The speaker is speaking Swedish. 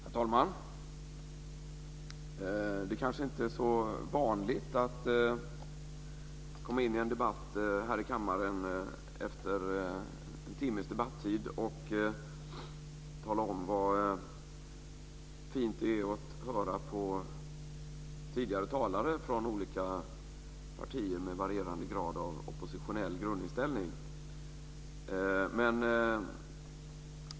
Herr talman! Det är kanske inte så vanligt att efter en timmes debatt här i kammaren komma in i debatten och tala om hur fint det var att höra på tidigare talare från olika partier med en varierande grad av oppositionell grundinställning.